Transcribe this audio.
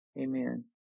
Amen